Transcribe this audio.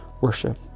worship